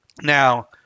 Now